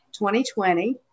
2020